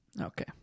Okay